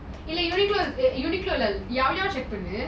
eh uniqlo eh uniqlo eh llao llao eh check பண்ணு:pannu